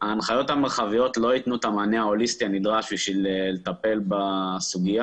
שההנחיות המרחביות לא ייתנו את המענה ההוליסטי הנדרש בשביל לטפל בסוגיה,